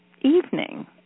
evening